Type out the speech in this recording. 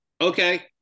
okay